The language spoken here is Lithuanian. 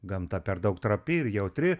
gamta per daug trapi ir jautri